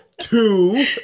Two